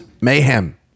Mayhem